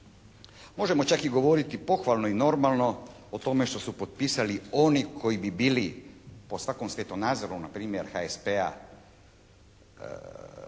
Možemo čak i govoriti pohvalno i normalno o tome što su potpisali oni koji bi bili po svakom svjetonazoru npr. HSP-a